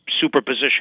superposition